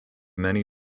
many